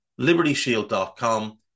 libertyshield.com